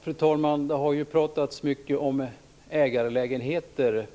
Fru talman! Det har pratats mycket om ägarlägenheter.